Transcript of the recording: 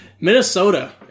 Minnesota